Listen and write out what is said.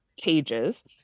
cages